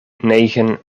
negen